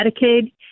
Medicaid